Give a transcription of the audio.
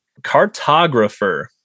cartographer